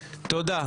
תודה.